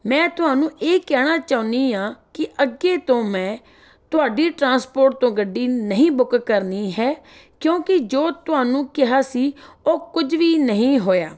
ਮੈਂ ਤੁਹਾਨੂੰ ਇਹ ਕਹਿਣਾ ਚਾਹੁੰਦੀ ਹਾਂ ਕਿ ਅੱਗੇ ਤੋਂ ਮੈਂ ਤੁਹਾਡੀ ਟਰਾਂਸਪੋਰਟ ਤੋਂ ਗੱਡੀ ਨਹੀਂ ਬੁੱਕ ਕਰਨੀ ਹੈ ਕਿਉਂਕਿ ਜੋ ਤੁਹਾਨੂੰ ਕਿਹਾ ਸੀ ਉਹ ਕੁਝ ਵੀ ਨਹੀਂ ਹੋਇਆ